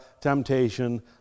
temptation